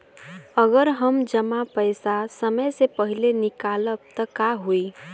अगर हम जमा पैसा समय से पहिले निकालब त का होई?